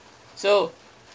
so